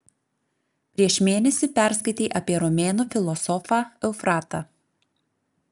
prieš mėnesį perskaitei apie romėnų filosofą eufratą